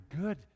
good